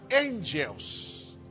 angels